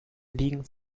liegen